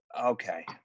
okay